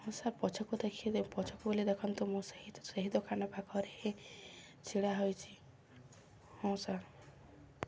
ହଁ ସାର୍ ପଛକୁ ଦେଖି ପଛକୁ ବୁଲି ଦେଖନ୍ତୁ ମୁଁ ସେହି ସେହି ଦୋକାନ ପାଖରେ ହିଁ ଛିଡ଼ା ହୋଇଛି ହଁ ସାର୍